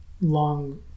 long